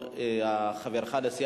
אם לא דרך שר האוצר,